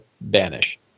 banish